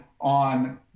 on